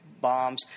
bombs